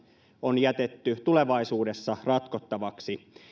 on jätetty tulevaisuudessa ratkottaviksi